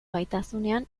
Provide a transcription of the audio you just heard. gaitasunean